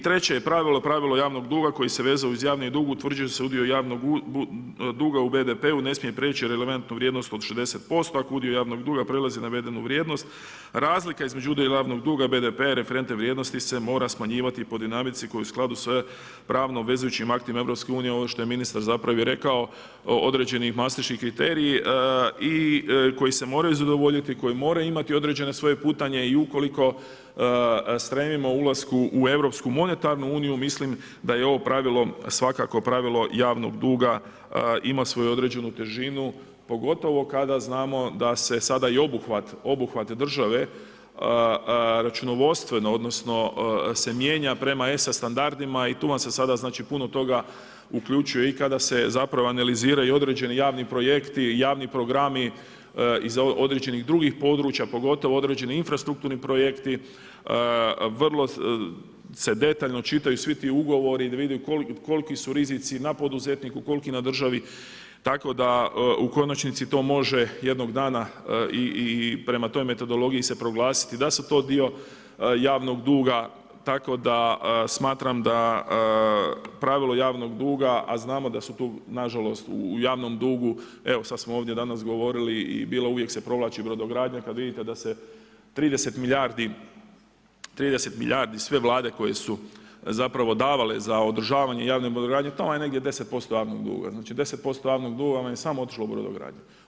Treće je pravilo pravilo javnog duga koje se vezuje uz javni dug utvrđuje se udio javnog duga u BDP-u ne smije preći releventnu vrijednost od 60%, ako udio javnog duga prelazi navedenu vrijednost razlika između udjela javnog duga i BDP-a i referentne vrijednosti se mora smanjivati po dinamici koja je u skladu sa pravno obvezujućim aktima EU, ovo što je ministar zapravo i rekao, određeni … i koji se moraju zadovoljiti, koji moraju imati određene svoje putanje i ukoliko stremimo ulasku u Europsku monetarnu uniju mislim da je ovo pravilo svakako pravilo javnog duga ima svoju određenu težinu, pogotovo kada znam o da se sada i obuhvat države računovodstveno, odnosno se mijenja prema ESA standardima i tu vam se sada puno toga uključuje i kada se zapravo analizira i određeni javni projekt, javni programi iz određenih drugih područja, pogotovo određeni infrastrukturni projekti, vrlo se detaljno čitaju svi ti ugovori da vide koliki su rizici na poduzetniku, koliki na državi tako da u konačnici to može jednog dana i prema toj metodologiji se proglasiti da su to dio javnog duga, tako da smatram da pravilo javnog duga, a znamo da su tu nažalost u javnom dugu, evo sad smo ovdje danas govorili i bilo uvijek se provlači brodogradnja, kad vidite da se 30 milijardi sve vlade koje su zapravo davale za održavanje javne brodogradnje, tamo je 10% javnog duga, znači 10% javnog duga vam je samo otišlo u brodogradnju.